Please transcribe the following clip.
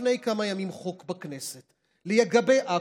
לפני כמה ימים עבר בכנסת חוק לגבי עכו.